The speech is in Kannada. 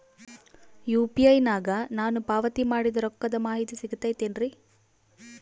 ಯು.ಪಿ.ಐ ನಾಗ ನಾನು ಪಾವತಿ ಮಾಡಿದ ರೊಕ್ಕದ ಮಾಹಿತಿ ಸಿಗುತೈತೇನ್ರಿ?